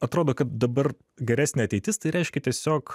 atrodo kad dabar geresnė ateitis tai reiškia tiesiog